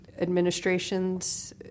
Administrations